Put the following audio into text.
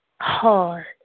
hard